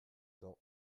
cents